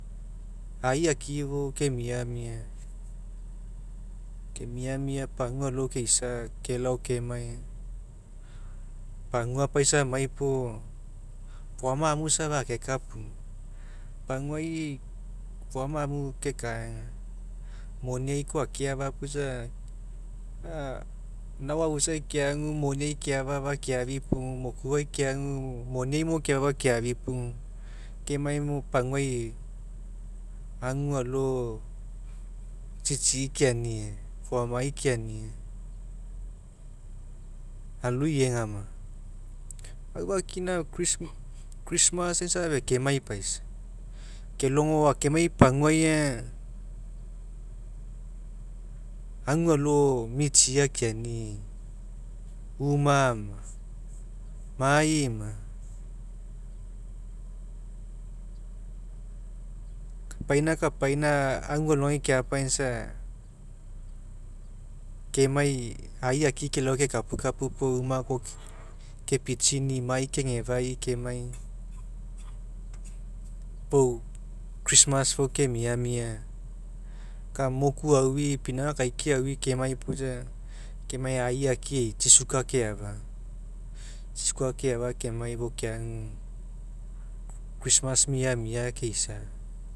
Ai akii fou kemiamia kemiamia pagua alo keisa kelao kemai pagua amai puo foama amu safa akekapuga paguai foama amu kekaega moni koa akeafia puo isa nao afuisai keagu moni kea'afa'fa keafipugu kemai mo pagua agualo tsitsi keani'i foamai keani'i aloi egama. Aufakina christmas isa fekemai paisa kelogo akemai e'i paguai aga agualo tsitsi akeanii uma ma mai ma kapaina kapaina aguaalogai keapae aga isa kemai ai akii kelao kekapukaou una kepitsini'i mai kegefa kemai, pau christmas fou kemiamia moku aui pinauga akaikia aui kemai puo isa kemai aii akii e'i tsi sugar kea'fa tsi sugar kea'fa kemai fou keagu christmas miamia keisa